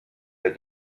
der